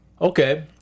okay